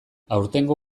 aurtengo